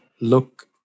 look